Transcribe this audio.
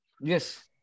yes